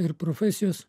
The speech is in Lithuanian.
ir profesijos